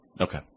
Okay